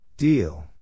deal